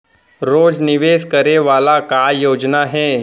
रोज निवेश करे वाला का योजना हे?